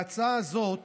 ההצעה הזאת